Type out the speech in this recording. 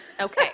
Okay